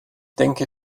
denke